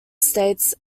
states